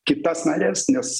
kitas nares nes